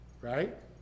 right